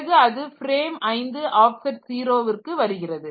பிறகு அது frame 5 offset 0 விற்கு வருகிறது